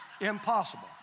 impossible